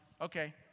Okay